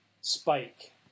Spike